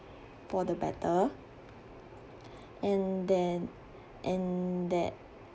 for the better and then and that